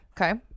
Okay